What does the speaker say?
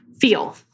feel